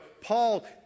Paul